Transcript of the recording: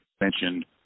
mentioned